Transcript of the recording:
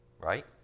right